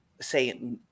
say